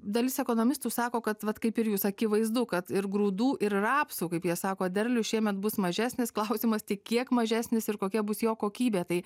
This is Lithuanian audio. dalis ekonomistų sako kad vat kaip ir jūs akivaizdu kad ir grūdų ir rapsų kaip jie sako derlius šiemet bus mažesnis klausimas tik kiek mažesnis ir kokia bus jo kokybė tai